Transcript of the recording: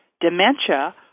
dementia